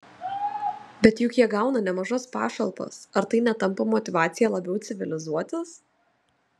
bet juk jie gauna nemažas pašalpas ar tai netampa motyvacija labiau civilizuotis